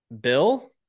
Bill